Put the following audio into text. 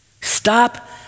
Stop